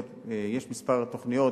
יש כמה תוכניות,